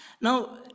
now